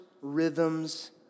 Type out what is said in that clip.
rhythms